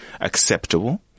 acceptable